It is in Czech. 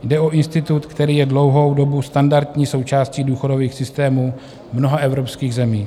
Jde o institut, který je dlouhou dobu standardní součástí důchodových systémů mnoha evropských zemí.